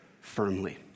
firmly